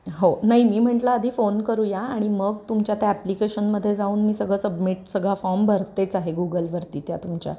हो नाही मी म्हटलं आधी फोन करूया आणि मग तुमच्या त्या ॲप्लिकेशनमध्ये जाऊन मी सगळं सबमिट सगळा फॉर्म भरतेच आहे गुगलवरती त्या तुमच्या